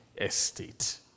estate